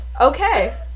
Okay